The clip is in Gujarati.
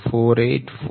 484 થશે